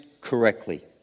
correctly